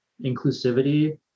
inclusivity